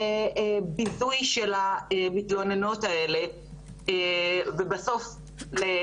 ולביזוי של המתלוננות האלה ובסופו של דבר גם